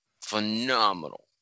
phenomenal